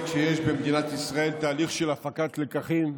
שיש במדינת ישראל תהליך של הפקת לקחים,